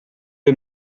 les